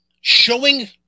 showing